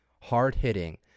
hard-hitting